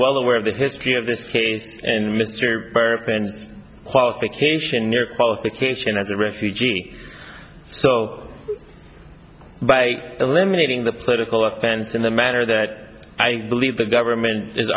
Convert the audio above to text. well aware of the history of this case and mr penn's qualification near qualification as a refugee so by eliminating the political offense in the manner that i believe the government is